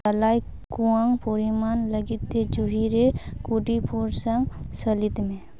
ᱫᱟᱞᱟᱭ ᱠᱚᱣᱟᱝ ᱯᱚᱨᱤᱢᱟᱱ ᱞᱟᱹᱜᱤᱫ ᱛᱮ ᱡᱩᱦᱤᱨᱮ ᱠᱚᱰᱤ ᱯᱷᱳᱨᱥᱟᱝ ᱥᱟᱹᱞᱤᱫᱽ ᱢᱮ